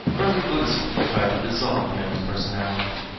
early buddhism tried to dissolve man's personality.